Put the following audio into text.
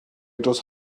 dros